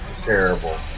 terrible